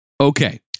okay